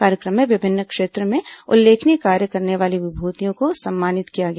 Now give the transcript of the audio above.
कार्यक्रम में विभिन्न क्षेत्रों में उल्लेखनीय कार्य करने वाली विभूतियों को सम्मानित किया गया